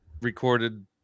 recorded